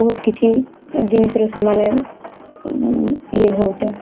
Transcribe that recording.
ବହୁତ୍ କିଛି ଜିନିଷ୍ର ସେମାନେ ହଉଛନ୍